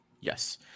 Yes